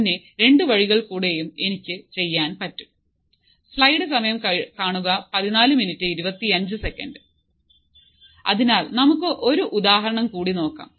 പിന്നെ രണ്ടു വഴികൾകൂടെയും എനിക്ക് ചെയാം പറ്റും അതിനാൽ നമുക്ക് ഒരു ഉദാഹരണം കൂടി നോക്കാം